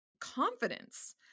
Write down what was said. confidence